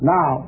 Now